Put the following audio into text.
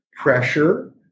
pressure